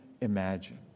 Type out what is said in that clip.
imagined